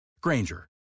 Granger